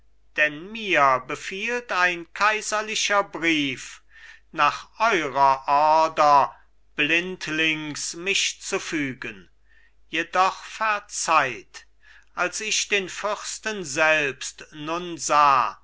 denn mir befiehlt ein kaiserlicher brief nach eurer ordre blindlings mich zu fügen jedoch verzeiht als ich den fürsten selbst nun sah